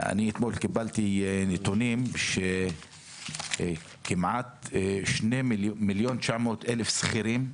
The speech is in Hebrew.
אני אתמול קיבלתי נתונים שכמעט שני מיליון תשע מאות אלף שכירים,